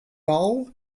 bau